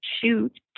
shoot